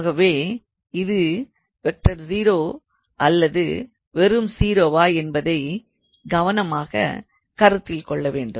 ஆகவே இது 0⃗ ஆ அல்லது வெறும் 0 வா என்பதை கவனமாக கருத்தில் கொள்ள வேண்டும்